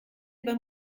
beim